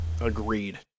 Agreed